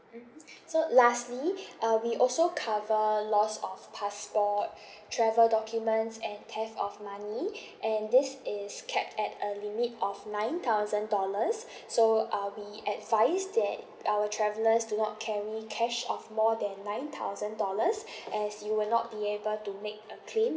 mmhmm so lastly uh we also cover loss of passport travel documents and theft of money and this is capped at a limit of nine thousand dollars so uh we advise that our travellers do not carry cash of more than nine thousand dollars as you will not be able to make a claim